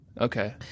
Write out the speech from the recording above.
Okay